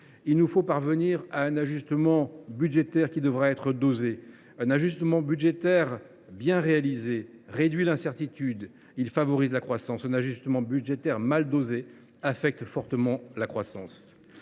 Il nous faut parvenir à un ajustement budgétaire qui devra être dosé. Un ajustement budgétaire bien réalisé réduit l’incertitude et favorise la croissance ; un ajustement budgétaire mal dosé affecte fortement cette